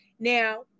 Now